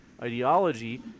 ideology